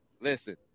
listen